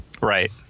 Right